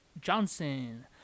Johnson